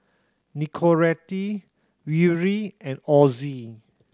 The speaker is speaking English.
Nicorette Yuri and Ozi